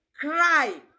Cry